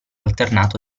alternato